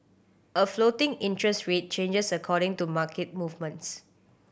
a floating interest rate changes according to market movements